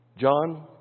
John